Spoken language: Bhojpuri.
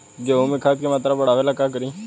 गेहूं में खाद के मात्रा बढ़ावेला का करी?